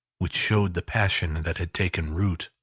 which showed the passion that had taken root,